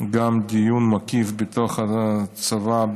גם דיון מקיף בתוך הצבא,